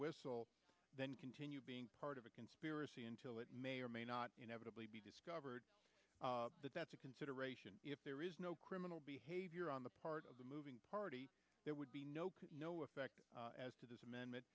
whistle than continue being part of a conspiracy until it may or may not inevitable be discovered but that's a consideration if there is no criminal behavior on the part of the moving party there would be no pay no effect as to this amendment